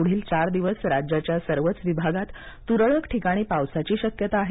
पुढील चार दिवस राज्याच्या सर्वच विभागांत तुरळक ठिकाणी पावसाची शक्यता आहे